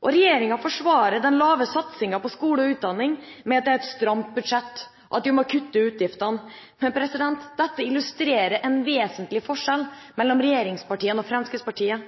de. Regjeringa forsvarer den lave satsingen på skole og utdanning med at det er et stramt budsjett, og at vi må kutte i utgiftene. Dette illustrerer en vesentlig forskjell mellom regjeringspartiene og Fremskrittspartiet,